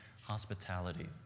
hospitality